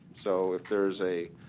so if there is a